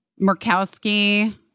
Murkowski